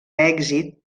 èxit